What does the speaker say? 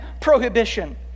prohibition